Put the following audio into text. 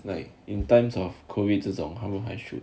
like in times of COVID 这种他们还